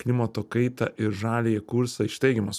klimato kaitą ir žaliąjį kursą iš teigiamos